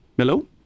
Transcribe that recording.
Hello